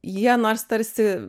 jie nors tarsi